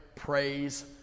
Praise